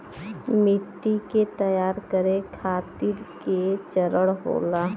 मिट्टी के तैयार करें खातिर के चरण होला?